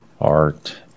Art